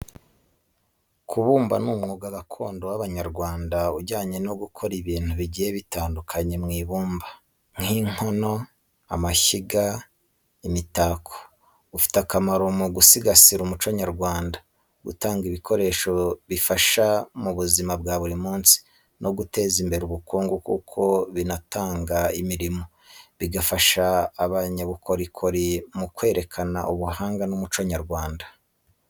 Kubumba ni umwuga gakondo w’abanyarwanda ujyanye no gukora ibintu bigiye bitandukanye mu ibumba, nk’inkono, amashyiga, n’imitako. Ufite akamaro mu gusigasira umuco nyarwanda, gutanga ibikoresho bifasha mu buzima bwa buri munsi, no guteza imbere ubukungu kuko binatanga imirimo, bigafasha abanyabukorikori mu kwerekana ubuhanga n’umuco nyarwanda.